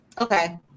Okay